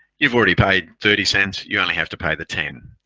you've already paid thirty cents. you only have to pay the ten.